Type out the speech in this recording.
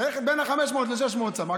צריך בין 500 ל-600 סמ"ק,